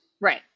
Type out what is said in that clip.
Right